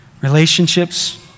relationships